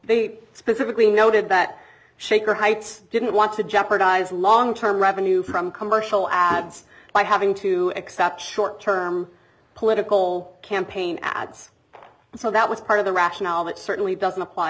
they specifically noted that shaker heights didn't want to jeopardize long term revenue from commercial ads by having to accept short term political campaign ads and so that was part of the rationale that certainly doesn't apply